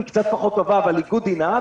היא קצת פחות טובה אבל היא Good enough,